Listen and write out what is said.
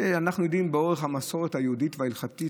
אנחנו יודעים שלאורך המסורת היהודית וההלכתית,